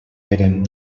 eren